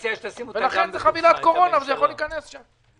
לכן זו חבילת קורונה, וזה יכול להיכנס שם.